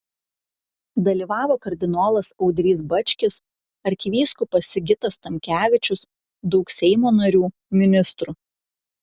dalyvavo kardinolas audrys bačkis arkivyskupas sigitas tamkevičius daug seimo narių ministrų